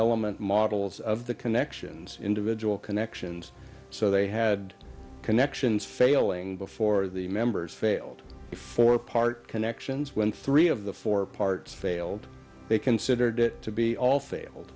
element models of the connections individual connections so they had connections failing before the members failed before part connections when three of the four parts failed they considered it to be all failed